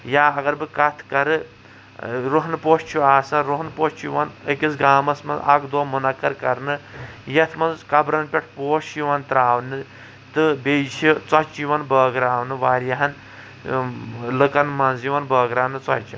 یا اگر بہٕ کتھ کَرٕ رُوہَنہٕ پوش چھُ آسان رُوہَن پوش چھُ یوان أکِس گامس منٛز اکھ دۅہ منقعد کَرنہٕ یتھ منٛز قبرن پٮ۪ٹھ پوش چھِ یوان ترٛاونہٕ تہٕ بیٚیہِ چھِ ژۅچہِ یوان بٲگراونہٕ واریاہن لُکن منٛز یوان بٲگرانہٕ یوان ژۅچہِ